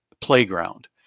playground